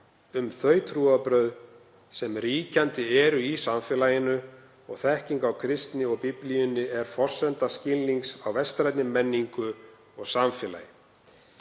um þau trúarbrögð sem ríkjandi eru í samfélaginu og þekking á kristni og Biblíunni er forsenda skilnings á vestrænni menningu og samfélagi.